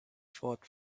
fought